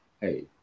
hey